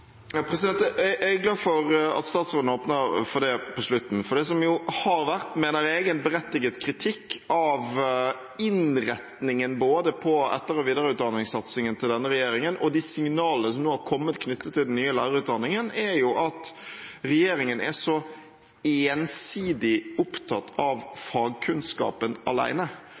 Jeg er glad for at statsråden åpner for det på slutten. For det som har vært, mener jeg, en berettiget kritikk av innretningen både mot etter- og videreutdanningssatsingen til denne regjeringen, og de signalene som nå har kommet knyttet til den nye lærerutdanningen, er jo at regjeringen er ensidig opptatt av fagkunnskapen